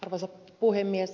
arvoisa puhemies